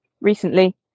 recently